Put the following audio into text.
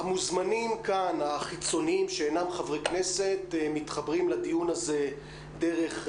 המוזמנים החיצוניים שאינם חברי כנסת מתחברים לדיון הזה דרך zoom.